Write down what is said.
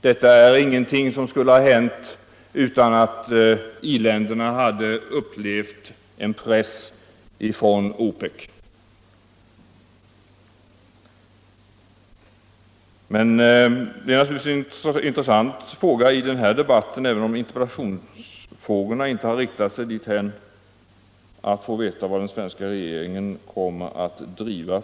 Samtalen skulle aldrig ha blivit av, om inte industriländerna hade upplevt en press från OPEC.